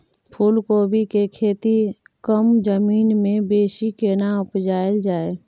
फूलकोबी के खेती कम जमीन मे बेसी केना उपजायल जाय?